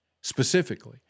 specifically